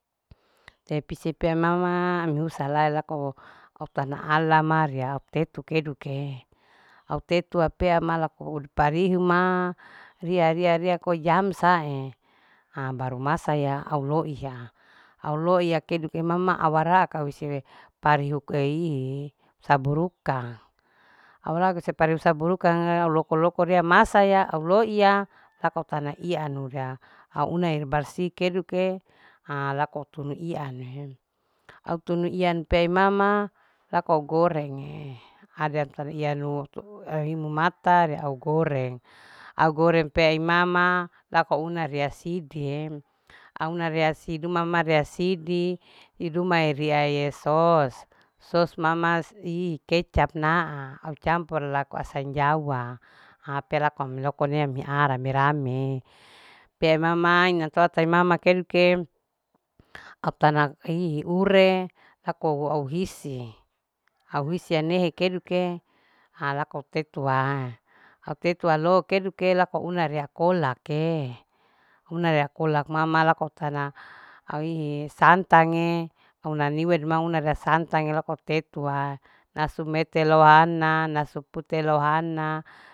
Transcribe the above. Te pise pea mama ami husa lae laku au tana ala ma ria au tetu keduke au tetua pea ma laku ama parihu ma ria. ria. ria koi jam sae ha baru masaya au loiya. au loiya keduke mama awaraka parihuk sabuiruka au laku au loko. loko ria masa ya au loiya. laku ta ianu ria auna ibarsi keduke ha laku au tunu ianu. au tunu ianu pea mama lako au gorenge ada ianu mu mata ria au goreng. au goreng pea mama lako una rea side auna ria sidie. siduma ria sidi dumae riae sos. sos mama ikecap naa acampur lako asam jawa ha pea laku ami loko laku amiaa rame. rame pea mama inan toanta mama keduke au tana hihi ure laku au hisi. au hisia nehe keduke haa laku au tetua. au tetua lo keduke laku una rea kolake. una rea kolak mama au tana au hihi santange unaniwe du ria santang lako tetua nasu mete lohana nasu pute lohana